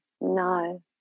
No